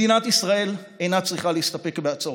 מדינת ישראל אינה צריכה להסתפק בהצעות,